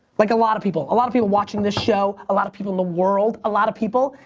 like a lot of people. a lot of people watching this show, a lot of people in the world, a lot of people,